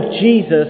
Jesus